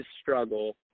struggle